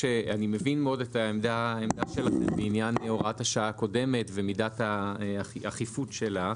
את העמדה שלכם לעניין הוראת השעה הקודמת ומידת האכיפות שלה,